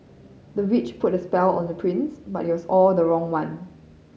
the witch put a spell on the prince but it was all the wrong one